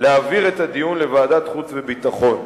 להעביר את הדיון לוועדת החוץ והביטחון.